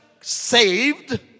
saved